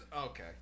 Okay